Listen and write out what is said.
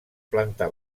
planta